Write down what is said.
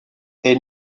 est